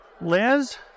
Liz